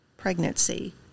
pregnancy